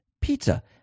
pizza